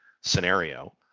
scenario